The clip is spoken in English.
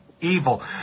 evil